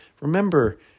Remember